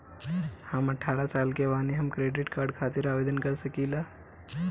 हम अठारह साल के बानी हम क्रेडिट कार्ड खातिर आवेदन कर सकीला?